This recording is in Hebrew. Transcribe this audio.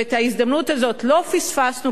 ואת ההזדמנות הזאת לא פספסנו.